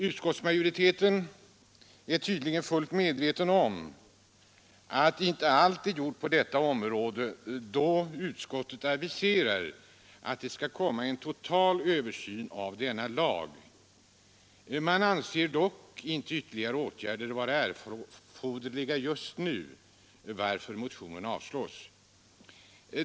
Utskottsmajoriteten är tydligen fullt medveten om att inte allt är gjort på detta område då utskottet aviserar att det skall komma en total översyn av denna lag. Man anser dock inte ytterligare åtgärder vara erforderliga just nu, varför motionen avslås.